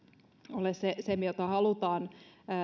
ole se se jota halutaan